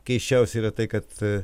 keisčiausia yra tai kad